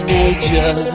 nature